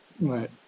Right